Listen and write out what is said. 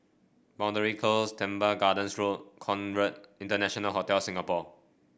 Boundary Close Teban Gardens Road Conrad International Hotel Singapore